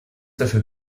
dafür